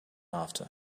after